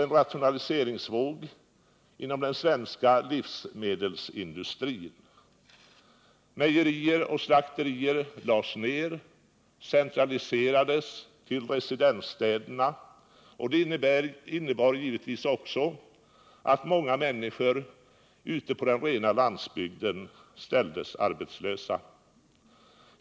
En rationaliseringsvåg gick också fram inom livsmedelsindustrin. Mejerier och slakterier lades ner. Verksamheten centraliserades till residensstäderna, och det innebar givetvis också att många människor ute på den rena landsbygden ställdes arbetslösa.